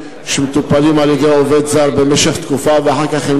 שמטופלים על-ידי עובדים זרים במשך תקופה ואחר כך הם